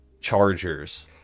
Chargers